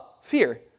fear